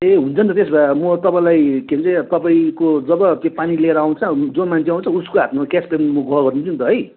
ए हुन्छ नि त त्यसो भए म तपाईँलाई के भन्छ तपाईँको जब के पानी लिएर आउँछ जो मान्छे आउँछ उसको हातमा क्यास पेमेन्ट म ग गरिदिन्छु नि त है